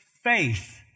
faith